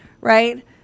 right